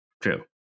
true